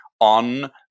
on